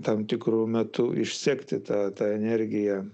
tam tikru metu išsekti ta ta energija